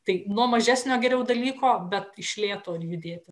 tai nuo mažesnio geriau dalyko bet iš lėto judėti